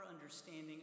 understanding